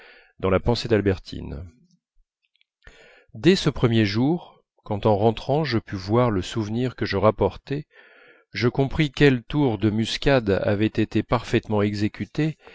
dans la pensée d'albertine dès ce premier jour quand en entrant je pus voir le souvenir que je rapportais je compris quel tour de muscade avait été parfaitement exécuté